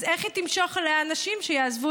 אז איך היא תמשוך אליה אנשים שיעזבו